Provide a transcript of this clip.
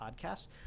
podcasts